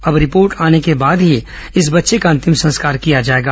अब रिपोर्ट आने के बाद ही इस बच्चे का अंतिम संस्कार किया जाएगा